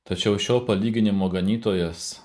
tačiau šio palyginimo ganytojas